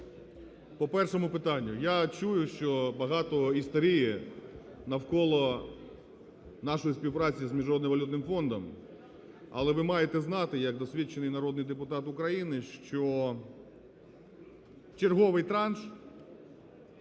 По першому питанню, я чую, що багато істерії навколо нашої співпраці з Міжнародним валютним фондом. Але ви маєте знати як досвідчений народний депутат України, що черговий транш